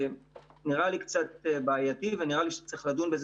נראה לי קצת בעייתי ונראה לי שצריך לדון בזה